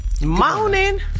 Morning